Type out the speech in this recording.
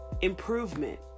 improvement